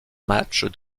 matchs